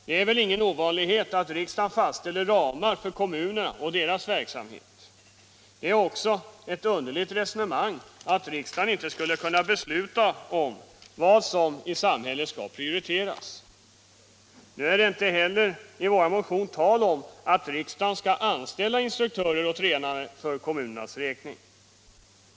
Det är väl ingen ovanlighet att riksdagen fastställer ramar för kommunerna och deras verksamhet, och det är också ett underligt resonemang att riksdagen inte skulle kunna besluta om vad som skall prioriteras i samhället. Nu är det inte heller i vår motion tal om att riksdagen skall anställa instruktörer och tränare för kommunernas räkning.